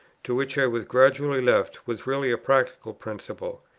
to which i was gradually left, was really a practical principle.